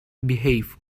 behave